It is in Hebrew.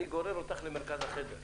אני גורר אותך למרכז החדר.